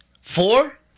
Four